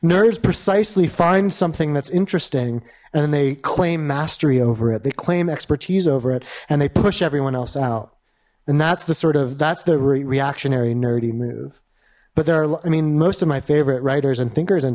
nerves precisely find something that's interesting and they claim mastery over it they claim expertise over it and they push everyone else out and that's the sort of that's the reactionary nerdy move but they're i mean most of my favorite writers and thinkers